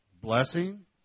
blessing